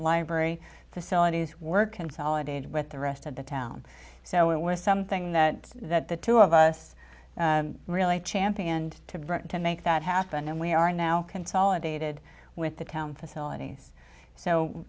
library facilities were consolidated with the rest of the town so it was something that that the two of us really championed to bring to make that happen and we are now consolidated with the town facilities so